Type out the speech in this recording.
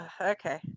okay